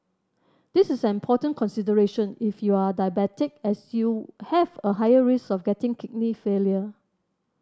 this is an important consideration if you are diabetic as you have a higher risk of getting kidney failure